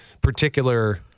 particular